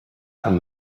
from